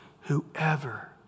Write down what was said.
Whoever